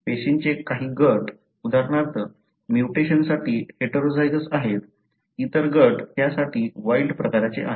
पेशींचे काही गट उदाहरणार्थ म्युटेशनसाठी हेटेरोझायगस आहेत इतर गट त्यासाठी वाइल्ड प्रकारचे आहेत